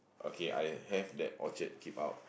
okay I have that Orchard keep out